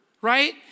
right